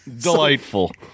Delightful